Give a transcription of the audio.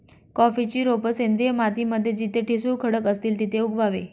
कॉफीची रोप सेंद्रिय माती मध्ये जिथे ठिसूळ खडक असतील तिथे उगवावे